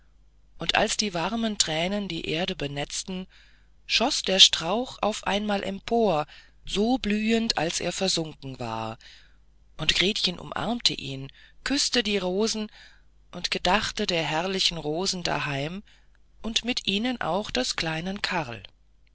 und als die warmen thränen die erde benetzten schoß der strauch auf einmal empor so blühend als er versunken war und gretchen umarmte ihn küßte die rosen und gedachte der herrlichen rosen daheim und mit ihnen auch des kleinen karl